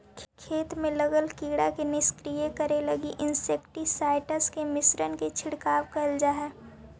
खेत में लगल कीड़ा के निष्क्रिय करे लगी इंसेक्टिसाइट्स् के मिश्रण के छिड़काव कैल जा हई